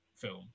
film